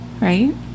right